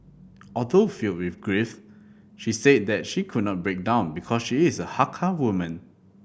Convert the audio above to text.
although filled with grief she said that she could not break down because she is a Hakka woman